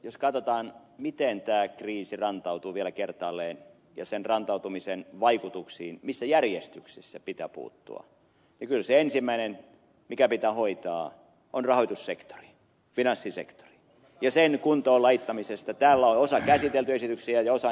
jos katsotaan miten tämä kriisi rantautui vielä kertaalleen ja missä järjestyksessä sen rantautumisen vaikutuksiin pitää puuttua niin kyllä se ensimmäinen mikä pitää hoitaa on rahoitussektori finanssisektori ja sen kuntoon laittamisesta täällä on osa käsitelty esityksiä ja osa niin kuin ed